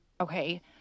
Okay